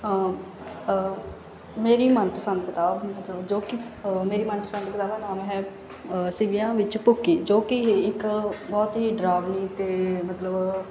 ਹਾਂ ਮੇਰੀ ਮਨ ਪਸੰਦ ਕਿਤਾਬ ਜੋ ਕਿ ਮੇਰੀ ਮਨ ਪਸੰਦ ਕਿਤਾਬ ਦਾ ਨਾਮ ਹੈ ਸਿਵਿਆਂ ਵਿੱਚ ਭੁੱਕੀ ਜੋ ਕਿ ਇੱਕ ਬਹੁਤ ਹੀ ਡਰਾਵਨੀ ਅਤੇ ਮਤਲਬ